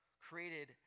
created